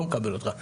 לא מקבל אותך.